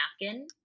napkin